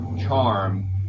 charm